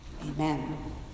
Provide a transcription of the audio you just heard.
Amen